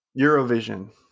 eurovision